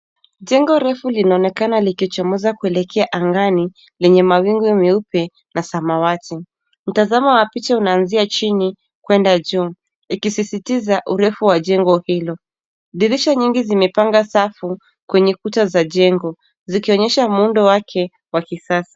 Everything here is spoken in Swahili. Jengo refu linaonekana likichomoza kuelekea angani lenye mawingu meupe na samawati. Mtazamo wa picha una anzia chini kuenda juu, ikisisitiza urefu wa jengo hilo. Dirisha nyingi zimepanga safu kwenye kuta za jengo zikionyesha muundo wake wa kisasa.